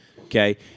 okay